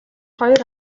хоёр